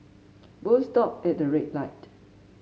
both stopped at a red light